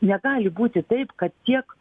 negali būti taip kad tiek